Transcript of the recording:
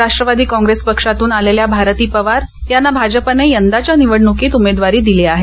राष्ट्वादी काँप्रेस पक्षातून आलेल्या भारती पवार यांना भाजपने यंदाच्या निवडणुकीत उमेदवारी दिली आहे